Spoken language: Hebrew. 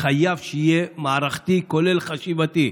שחייב שיהיה מערכתי, כולל חשיבתי.